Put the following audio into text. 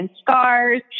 scars